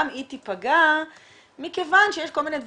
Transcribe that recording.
היא תיפגע מכיוון שיש כל מיני דברים,